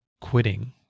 quitting